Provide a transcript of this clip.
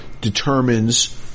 determines